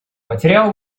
материал